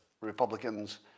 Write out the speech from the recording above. Republicans